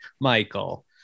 Michael